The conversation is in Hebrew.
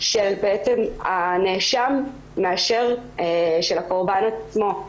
של הנאשם מאשר של הקורבן עצמו.